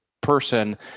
person